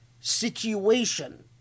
situation